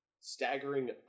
staggering